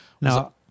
Now